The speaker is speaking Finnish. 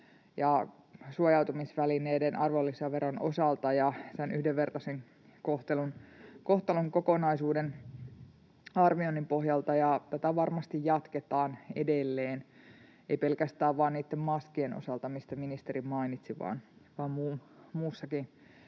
suojautumisvälineiden arvonlisäveron osalta ja yhdenvertaisen kohtelun kokonaisuuden arvioinnin pohjalta, ja tätä varmasti jatketaan edelleen — ei pelkästään vain niitten maskien osalta, mistä ministeri mainitsi, vaan muissakin